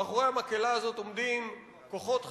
מאחורי המקהלה הזאת עומדים כוחות חזקים,